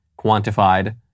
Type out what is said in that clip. quantified